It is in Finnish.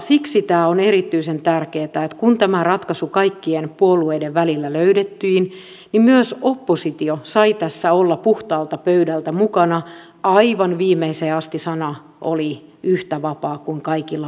siksi tämä on erityisen tärkeätä että kun tämä ratkaisu kaikkien puolueiden välillä löydettiin niin myös oppositio sai tässä olla puhtaalta pöydältä mukana aivan viimeiseen asti sana oli yhtä vapaa kuin kaikilla muillakin